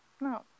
No